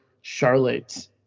Charlotte